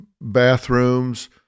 bathrooms